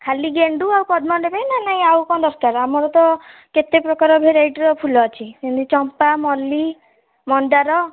ଖାଲି ଗେଣ୍ଡୁ ଆଉ ପଦ୍ମ ନେବେ ନା ନାହିଁ ଆଉ କ'ଣ ଦରକାର ଆମର ତ କେତେ ପ୍ରକାର ଭେରାଇଟିର ଫୁଲ ଅଛି ଯେମିତି ଚମ୍ପା ମଲ୍ଲୀ ମନ୍ଦାର